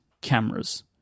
cameras